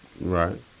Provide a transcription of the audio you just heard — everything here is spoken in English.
Right